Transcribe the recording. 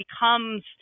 becomes